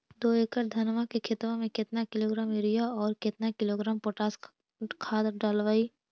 दो एकड़ धनमा के खेतबा में केतना किलोग्राम युरिया और केतना किलोग्राम पोटास खाद डलबई?